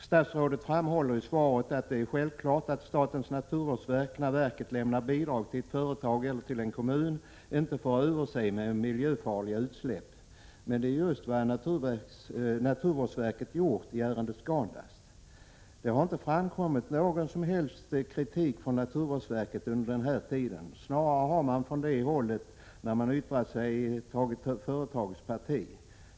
Statsrådet framhåller i svaret att det är självklart att statens naturvårdsverk, när verket lämnar bidrag till ett företag eller till en kommun, inte får överse med miljöfarliga utsläpp. Men det är just vad naturvårdsverket gjort i ärendet Scandust. Det har inte framkommit någon som helst kritik från naturvårdsverket under den här tiden. Snarare har man från det hållet, när man yttrat sig, tagit företagets parti.